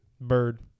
bird